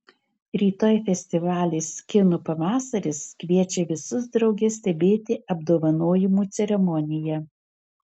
rytoj festivalis kino pavasaris kviečia visus drauge stebėti apdovanojimų ceremoniją